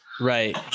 Right